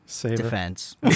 defense